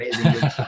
amazing